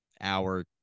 hour